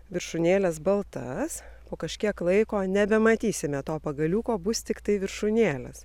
viršūnėles baltas po kažkiek laiko nebematysime to pagaliuko bus tiktai viršūnėlės